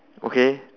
okay